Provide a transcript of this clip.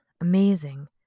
amazing